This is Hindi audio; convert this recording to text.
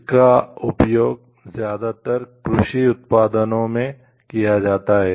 इसका उपयोग ज्यादातर कृषि उत्पादों में किया जाता है